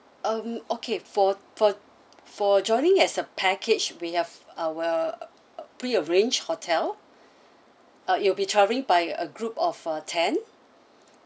um okay for for for joining as a package we have our prearranged hotel uh you'll be travelling by a group of uh ten